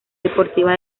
deportiva